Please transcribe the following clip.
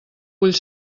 vull